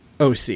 OC